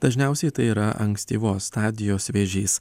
dažniausiai tai yra ankstyvos stadijos vėžys